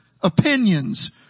opinions